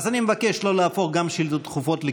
אז אני מבקש לא להפוך גם שאילתות דחופות לקרקס.